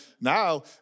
now